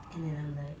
and then I'm like